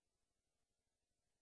אז